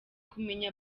kumenya